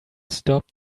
stop